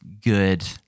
good